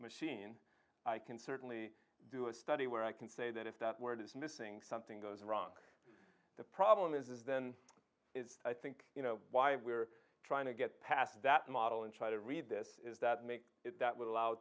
machine i can certainly do a study where i can say that if that word is missing something goes wrong the problem is then i think you know why we are trying to get past that model and try to read this is that make it that would allow